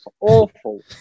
awful